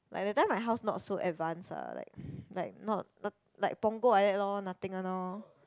like that time my house not so advance ah like like not not like Punggol like that lor nothing one orh